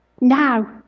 now